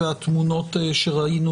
והתמונות שראינו